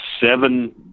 seven